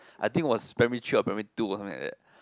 I think was primary three or primary two like that